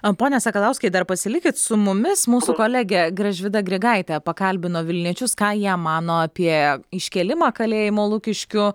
a pone sakalauskai dar pasilikit su mumis mūsų kolegė gražvyda grigaitė pakalbino vilniečius ką jie mano apie iškėlimą kalėjimo lukiškių